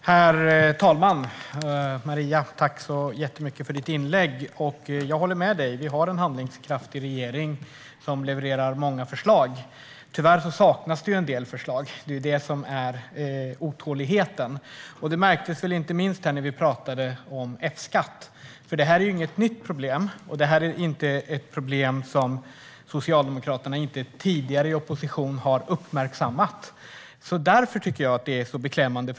Herr talman! Tack, Maria, för ditt inlägg! Jag håller med dig om att vi har en handlingskraftig regering som levererar många förslag. Tyvärr saknas dock en del förslag. Det är detta som är otåligheten. Det märktes väl inte minst när vi talade om F-skatt. Detta är ju inget nytt problem, och det är inte något som Socialdemokraterna inte tidigare i opposition har uppmärksammat. Just därför tycker jag att det är så beklämmande.